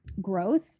growth